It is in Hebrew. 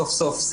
סוף סוף,